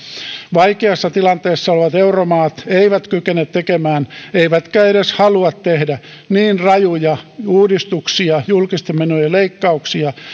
vaikeassa tilanteessa olevat euromaat eivät kykene tekemään eivätkä edes halua tehdä niin rajuja uudistuksia julkisten menojen leikkauksia